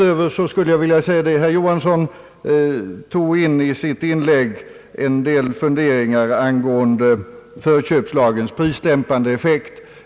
I sitt inlägg tog herr Johansson upp en del funderingar angående förköpslagens prisdämpande effekt.